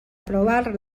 probar